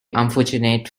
unfortunate